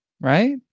right